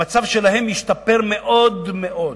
המצב שלהם השתפר מאוד מאוד,